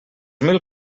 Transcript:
mil